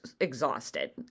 exhausted